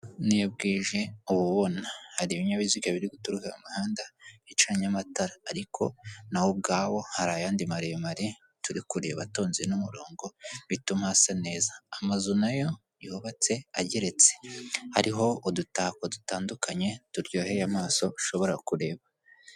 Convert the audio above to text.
N'iyo bwije uba ubona. Hari ibinyabiziga biri guturuka mu mihanda bicanye amatara ariko naho ubwaho hari ayandi maremare turi kureba atonze n'umurongo, bituma hasa neza amazu na yo yubatse ageretse. Hariho udutako dutandukanye turyoheye amaso ushobora kureba.